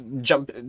jump